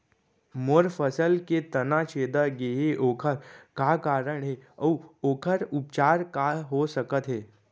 मोर फसल के तना छेदा गेहे ओखर का कारण हे अऊ ओखर उपचार का हो सकत हे?